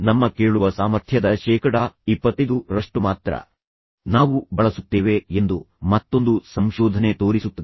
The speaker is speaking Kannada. ನಮ್ಮ ಕೇಳುವ ಸಾಮರ್ಥ್ಯದ ಶೇಕಡಾ 25 ರಷ್ಟು ಮಾತ್ರ ನಾವು ಬಳಸುತ್ತೇವೆ ಎಂದು ಎಂದು ಮತ್ತೊಂದು ಸಂಶೋಧನೆ ತೋರಿಸುತ್ತದೆ